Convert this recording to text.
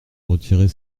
retirer